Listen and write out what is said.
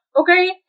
Okay